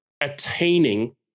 attaining